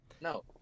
No